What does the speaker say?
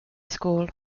school